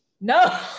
No